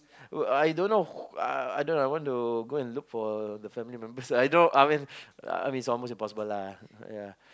uh I don't know who uh I don't know I want to go and look for the family members I don't know I mean I mean it's almost impossible lah ya